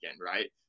Right